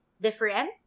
different